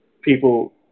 people